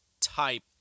type